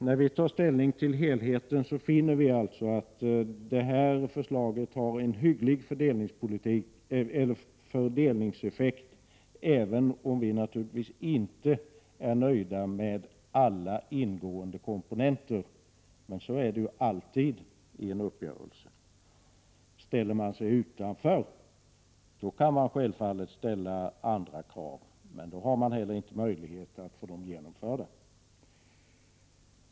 När vi tar ställning till helheten finner vi alltså att detta förslag har en hygglig fördelningseffekt, även om vi naturligtvis inte är nöjda med alla ingående komponenter. Men så är det alltid i en uppgörelse. Ställer man sig utanför, kan man självfallet ha andra krav. Men då har man inte heller möjlighet att få dem genomförda.